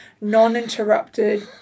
non-interrupted